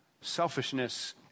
Selfishness